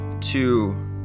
two